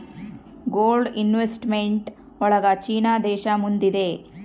gold investment ಒಳಗ China ದೇಶ ಮುಂದಿದೆ